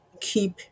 keep